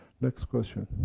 next question?